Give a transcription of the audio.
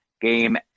game